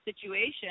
situation